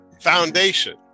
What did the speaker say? Foundation